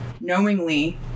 knowingly